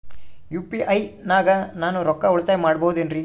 UPI ನಾಗ ನಾನು ರೊಕ್ಕ ಉಳಿತಾಯ ಮಾಡಬಹುದೇನ್ರಿ?